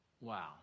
Wow